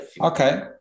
Okay